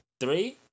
Three